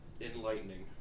Enlightening